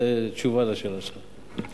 זאת תשובה על השאלה שלך.